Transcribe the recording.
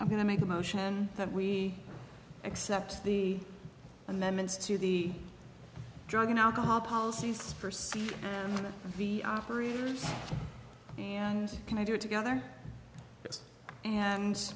i'm going to make a motion that we accept the amendments to the drug and alcohol policies for see the operating room and can i do it together and